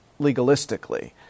legalistically